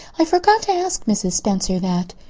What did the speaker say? i forgot to ask mrs. spencer that.